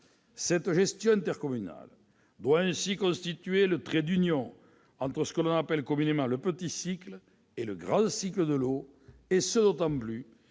Cette gestion intercommunale doit ainsi constituer le trait d'union entre ce que l'on appelle communément le « petit cycle » et le « grand cycle » de l'eau, d'autant que